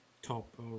Top